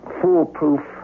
foolproof